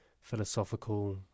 philosophical